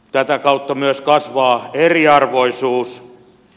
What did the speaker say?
tätä kautta kasvaa myös eriarvoisuus